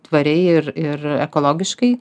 tvariai ir ir ekologiškai